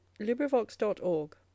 LibriVox.org